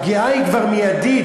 הפגיעה היא מיידית.